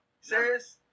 Serious